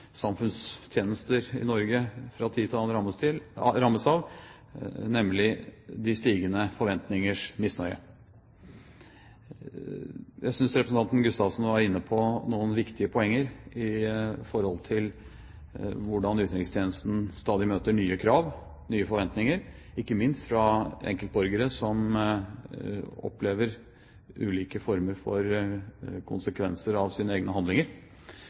samfunnstjenester i Norge fra tid til annen rammes av, nemlig de stigende forventningers misnøye. Jeg synes representanten Gustavsen var inne på noen viktige poenger når det gjelder hvordan utenrikstjenesten stadig møter nye krav, nye forventninger – ikke minst fra enkeltborgere som opplever ulike former for konsekvenser av sine egne handlinger,